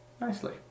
Nicely